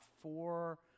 four